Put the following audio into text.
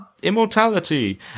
immortality